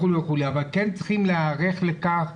אבל כן צריכים להיערך לכך,